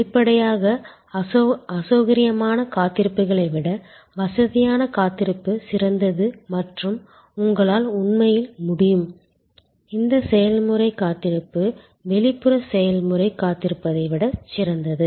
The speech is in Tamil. வெளிப்படையாக அசௌகரியமான காத்திருப்புகளை விட வசதியான காத்திருப்பு சிறந்தது மற்றும் உங்களால் உண்மையில் முடியும் இந்த செயல்முறை காத்திருப்பு வெளிப்புற செயல்முறை காத்திருப்பதை விட சிறந்தது